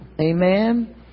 Amen